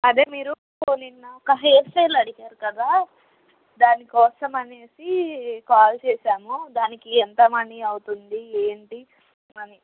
అదే మీరు నిన్న ఒక హెయిర్ స్టైల్ అడిగారు కదా దానికోసం అని కాల్ చేసాము దానికి ఎంత మనీ అవుతుంది ఏంటి అని